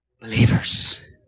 Believers